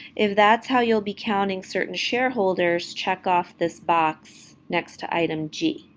if that's how you'll be counting certain shareholders, check off this box next to item g.